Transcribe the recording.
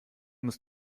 muss